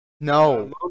No